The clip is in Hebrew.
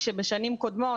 כבשנים קודמות,